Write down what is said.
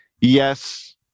Yes